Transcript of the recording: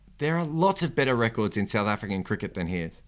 there are lots of better records in south african cricket than his.